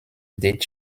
dead